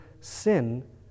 sin